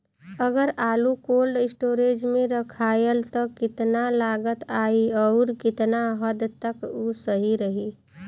अगर आलू cold storage में रखायल त कितना लागत आई अउर कितना हद तक उ सही रही?